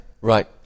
Right